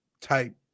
type